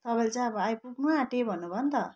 तपाईँले चाहिँ अब आइपुग्नु आँटे भन्नुभयो नि त